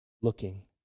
looking